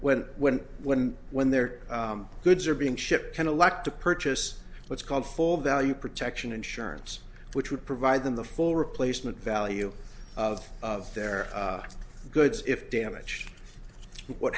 when when when when their goods are being shipped can elect to purchase what's called full value protection insurance which would provide them the full replacement value of of their goods if damage what